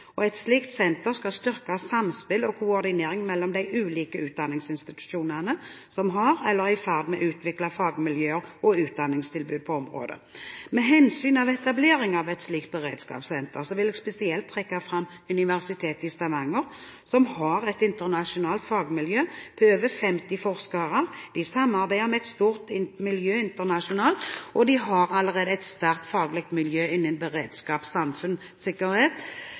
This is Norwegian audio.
beredskap. Et slikt senter skal styrke samspillet og koordineringen mellom de ulike utdanningsinstitusjonene som har, eller er i ferd med å utvikle fagmiljøer og utdanningstilbud på området. Med hensyn til etablering av et slikt beredskapssenter vil jeg spesielt trekke fram Universitetet i Stavanger som har et internasjonalt fagmiljø på over 50 forskere. De samarbeider med et stort miljø internasjonalt, og de har allerede et sterkt faglig miljø innen beredskap, samfunnssikkerhet og sikkerhet